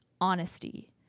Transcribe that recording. honesty